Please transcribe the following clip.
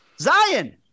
zion